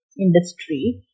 industry